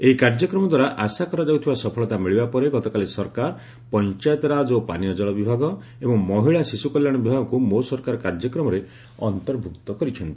ଏହି କାର୍ଯ୍ୟକ୍ରମ ଦ୍ୱାରା ଆଶା କରାଯାଉଥିବା ସଫଳତା ମିଳିବା ପରେ ଗତକାଲି ସରକାର ପଞାୟତିରାକ ଓ ପାନୀୟଜଳ ବିଭାଗ ଏବଂ ମହିଳା ଶିଶୁକଲ୍ୟାଶ ବିଭାଗକୁ ମୋ ସରକାର କାର୍ଯ୍ୟକ୍ରମରେ ଅନ୍ତର୍ଭୁକ୍ତ କରିଛନ୍ତି